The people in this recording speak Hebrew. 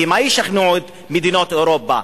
במה ישכנעו את מדינות אירופה,